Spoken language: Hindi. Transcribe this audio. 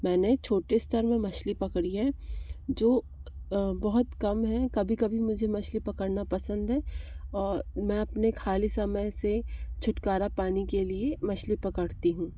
मैंने छोटे स्तर में मछली पकड़ी है जो बहुत कम हैं कभी कभी मुझे मछली पकड़ना पसंद है और मैं अपने ख़ाली समय से छुटकारा पाने के लिए मछली पकड़ती हूँ